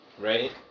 right